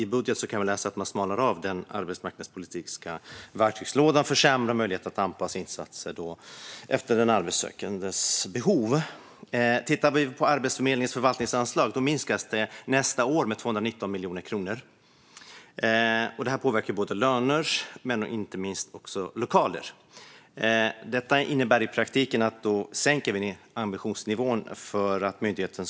I budgeten kan vi läsa att man smalnar av den arbetsmarknadspolitiska verktygslådan och försämrar möjligheterna att anpassa insatser efter den arbetssökandes behov. Arbetsförmedlingens förvaltningsanslag minskas nästa år med 219 miljoner kronor. Det påverkar både löner och inte minst lokaler. Det innebär i praktiken att man sänker ambitionsnivån för myndigheten.